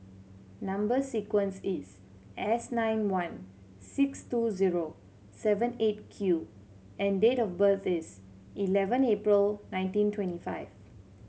number sequence is S nine one six two zero seven Eight Q and date of birth is eleven April nineteen twenty five